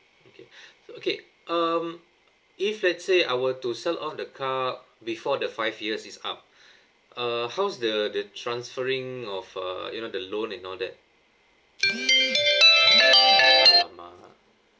okay so okay um if let's say I were to sell off the car before the five years is up uh how's the the transferring of uh you know the loan and all that !alamak!